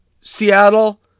Seattle